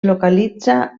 localitza